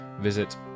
Visit